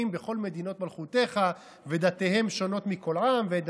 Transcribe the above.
בכל מדינות מלכותך ודתיהם שֹנות מכל העם,